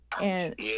And-